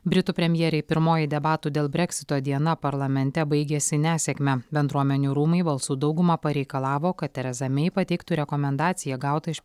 britų premjerei pirmoji debatų dėl breksito diena parlamente baigėsi nesėkme bendruomenių rūmai balsų dauguma pareikalavo kad tereza mey pateiktų rekomendaciją gautą iš